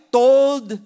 told